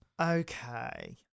Okay